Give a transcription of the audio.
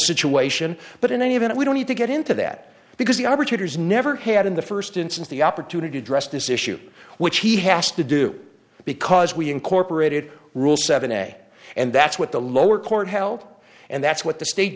situation but in any event we don't need to get into that because the opportunities never had in the first instance the opportunity addressed this issue which he has to do because we incorporated rule seven a and that's what the lower court held and that's what the state